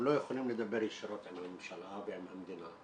לא יכולים לדבר ישירות עם הממשלה ועם המדינה.